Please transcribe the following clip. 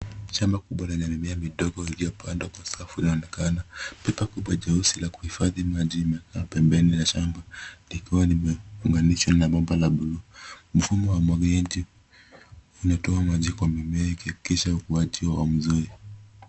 Shamba kubwa lenye mimea midogo iliyopandwa kwa safu inaonekana. Chupa kubwa jeusi la kuhifadhi maji limekaa pembeni mwa shamba likiwa limeunganishwa na bomba la buluu. Mfumo wa umwagiliaji unatoa maji kwa mimea ikiakisha ukuaji wao mzuri.